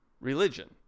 religion